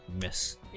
miss